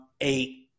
eight